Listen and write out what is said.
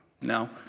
No